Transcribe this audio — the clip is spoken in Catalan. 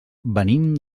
venim